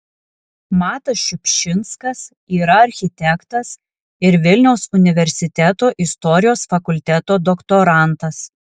matas šiupšinskas yra architektas ir vilniaus universiteto istorijos fakulteto doktorantas